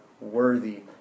worthy